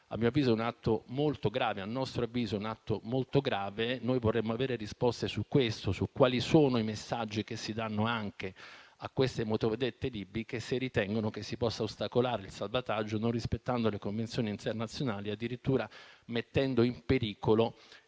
colpi. Signor Ministro, questo a nostro avviso è un atto molto grave. Noi vorremmo avere risposte su questo e su quali sono i messaggi che si danno anche alle motovedette libiche, se ritengono che si possa ostacolare il salvataggio, non rispettando le convenzioni internazionali e addirittura mettendo a rischio